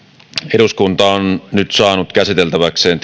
eduskunta on nyt saanut käsiteltäväkseen